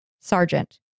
sergeant